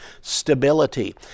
stability